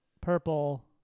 Purple